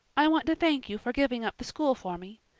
i want to thank you for giving up the school for me.